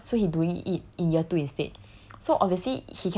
but the thing is he telling me he dabaoing biz law [what] so he doing it in year two instead